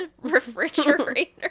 refrigerator